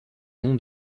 nom